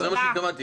זה מה שהתכוונתי.